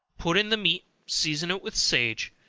put in the meat, season it with sage,